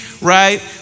right